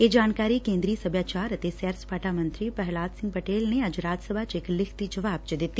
ਇਹ ਜਾਣਕਾਰੀ ਕੇਂਦਰੀ ਸਭਿਆਚਾਰ ਅਤੇ ਸੈਰ ਸਪਾਟਾ ਮੰਤਰੀ ਪੁਹਿਲਾਦ ਪਟੇਲ ਨੇ ਅੱਜ ਰਾਜ ਸਭਾ ਚ ਇਕ ਲਿਖਤੀ ਜਵਾਬ ਚ ਦਿੱਤੀ